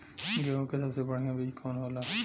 गेहूँक सबसे बढ़िया बिज कवन होला?